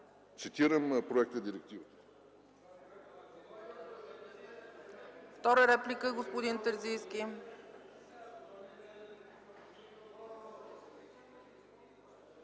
Цитирам проекта на директивата.